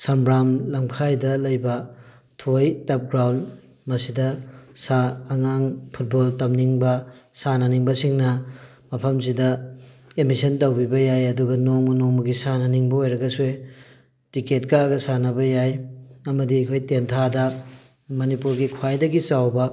ꯁꯝꯕ꯭ꯔꯥꯝ ꯂꯝꯈꯥꯏꯗ ꯂꯩꯕ ꯊꯣꯏ ꯇꯐ ꯒ꯭ꯔꯥꯎꯟ ꯃꯁꯤꯗ ꯁꯥ ꯑꯉꯥꯡ ꯐꯨꯠꯕꯣꯜ ꯇꯝꯅꯤꯡꯕ ꯁꯥꯟꯅꯅꯤꯡꯕꯁꯤꯡꯅ ꯃꯐꯝꯁꯤꯗ ꯑꯦꯠꯃꯤꯁꯟ ꯇꯧꯕꯤꯕ ꯌꯥꯏ ꯑꯗꯨꯒ ꯅꯣꯡꯃ ꯅꯣꯡꯃꯒꯤ ꯁꯥꯟꯅꯅꯤꯡꯕ ꯑꯣꯏꯔꯒꯁꯨ ꯇꯤꯛꯀꯦꯠ ꯀꯛꯑꯒ ꯁꯥꯟꯅꯕꯁꯨ ꯌꯥꯏ ꯑꯃꯗꯤ ꯑꯩꯈꯣꯏ ꯇꯦꯟꯊꯥꯗ ꯃꯅꯤꯄꯨꯔꯒꯤ ꯈ꯭ꯋꯥꯏꯗꯒꯤ ꯆꯥꯎꯕ